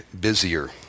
busier